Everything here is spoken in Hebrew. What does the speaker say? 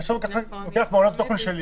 אני לוקח מעולם התוכן שלי,